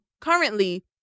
currently